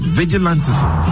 vigilantism